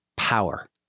power